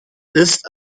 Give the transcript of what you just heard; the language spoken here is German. ist